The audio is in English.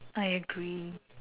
I agree